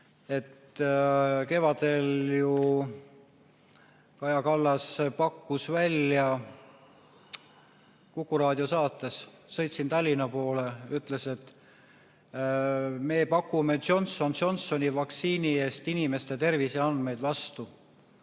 Kevadel ju Kaja Kallas pakkus välja Kuku raadio saates – sõitsin Tallinna poole [ja mäletan] – ja ütles, et me pakkume Johnson & Johnsoni vaktsiini eest inimeste terviseandmeid vastu.